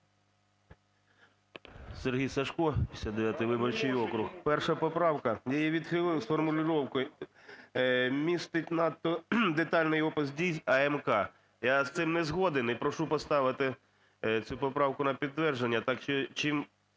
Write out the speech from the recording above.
Сергій Сажко, 59 виборчий округ. Перша поправка, її відхилили з формуліровкой: містить надто детальний опис дій з АМК. Я з цим не згоден і прошу поставити цю поправку на підтвердження.